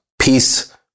Peace